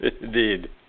indeed